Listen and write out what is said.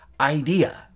idea